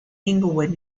englewood